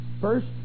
First